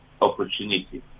opportunity